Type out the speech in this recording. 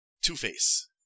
two-face